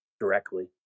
directly